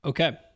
Okay